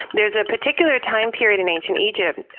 there's a particular time period in ancient egypt,